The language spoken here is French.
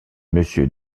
monsieur